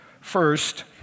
first